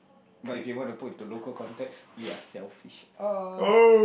but if you want to put into local context we are selfish